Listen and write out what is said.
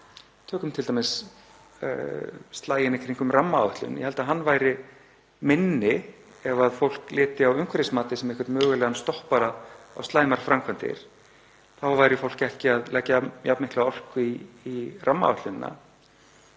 Tökum t.d. slaginn í kringum rammaáætlun. Ég held að hann væri minni ef fólk liti á umhverfismatið sem einhvern mögulegan stoppara á slæmar framkvæmdir, þá væri fólk ekki að leggja jafn mikla orku í rammaáætlunina.